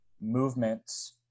movements